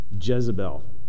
Jezebel